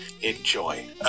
Enjoy